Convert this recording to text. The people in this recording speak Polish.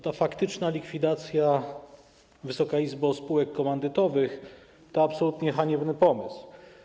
Ta faktyczna likwidacja, Wysoka Izbo, spółek komandytowych to absolutnie haniebny pomysł.